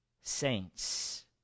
saints